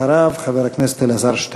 אחריו, חבר הכנסת אלעזר שטרן.